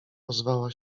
ozwała